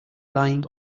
lying